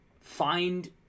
find